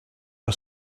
for